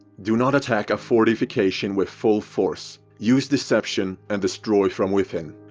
do not attack a fortification with full force, use deception and destroy from within.